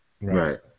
Right